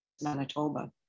Manitoba